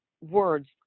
words